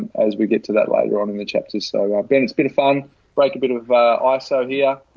as we get to that later on in the chapter. so i've been, it's been a fun break. a bit of ah so a iso yeah